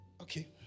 Okay